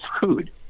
food